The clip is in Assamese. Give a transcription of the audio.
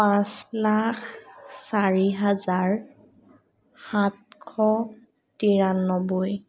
পাঁচ লাখ চাৰি হাজাৰ সাতশ তিৰান্নবৈ